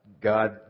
God